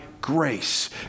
grace